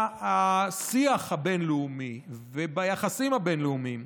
בשיח הבין-לאומי וביחסים הבין-לאומיים,